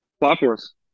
platforms